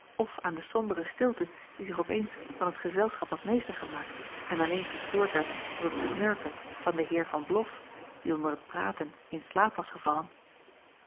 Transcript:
f aan de sombere stilte die zich op eens van het gezelschap had meester gemaakt en alleen gestoord werd door het snurken van den eer an loff die onder t praten in slaap was gevallen